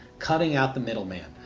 cutting out the middle man.